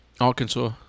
Arkansas